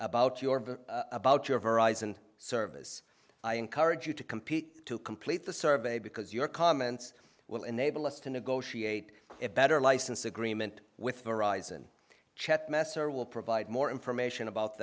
about your view about your horizon service i encourage you to compete to complete the survey because your comments will enable us to negotiate a better license agreement with the horizon chet messer will provide more information about